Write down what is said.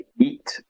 eat